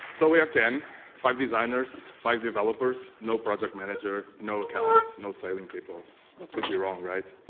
so we are ten five designers five developers no project manager no account no styling people what could be wrong right